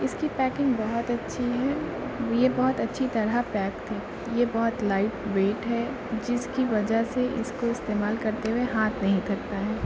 اس کی پیکنگ بہت اچھی ہے یہ بہت اچھی طرح پیکڈ ہے یہ بہت لائٹ ویٹ ہے جس کی وجہ سے اس کو استعمال کرتے ہوئے ہاتھ نہیں تھکتا ہے